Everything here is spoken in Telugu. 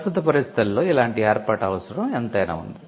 ప్రస్తుత పరిస్థితులలో ఇలాంటి ఏర్పాటు అవసరం ఎంతైనా ఉంది